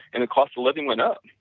and the cost of living went up,